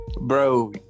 bro